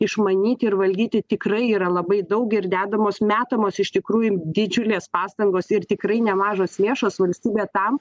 išmanyti ir valdyti tikrai yra labai daug ir dedamos metamos iš tikrųjų didžiulės pastangos ir tikrai nemažos lėšos valstybė tam